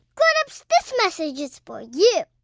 grown-ups, this message is for you